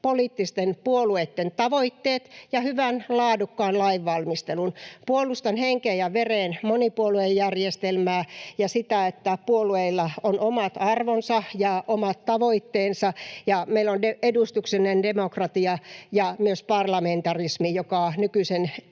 poliittisten puolueitten tavoitteet ja hyvän, laadukkaan lainvalmistelun. Puolustan henkeen ja vereen monipuoluejärjestelmää ja sitä, että puolueilla on omat arvonsa ja omat tavoitteensa, ja sitä, että meillä on edustuksellinen demokratia ja myös parlamentarismi, joka nykyisen